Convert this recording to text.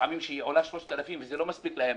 שלפעמים השכירות עולה 3,000 שקל לחודש וזה לא מספיק להם,